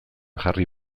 jarri